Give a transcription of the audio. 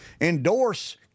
endorse